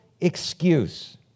excuse